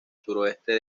suroeste